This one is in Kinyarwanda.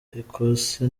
ecosse